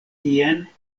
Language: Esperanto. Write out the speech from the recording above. tien